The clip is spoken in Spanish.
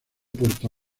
puerto